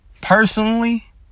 Personally